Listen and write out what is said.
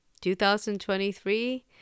2023